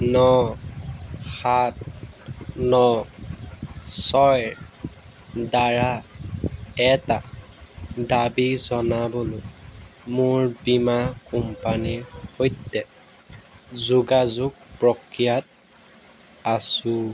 ন সাত ন ছয়ৰ দ্বাৰা এটা দাবী জনাবলৈ মোৰ বীমা কোম্পানীৰ সৈতে যোগাযোগ প্ৰক্ৰিয়াত আছোঁ